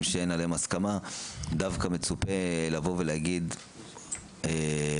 שאין עליהם הסכמה דווקא מצופה להגיד: רבותיי,